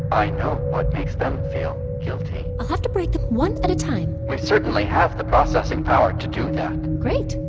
i know what makes them feel guilty. i'll have to break them one at a time we certainly have the processing power to do that great.